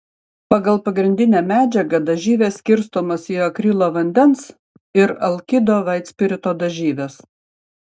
pagal pagrindinę medžiagą dažyvės skirstomos į akrilo vandens ir alkido vaitspirito dažyves